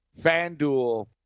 FanDuel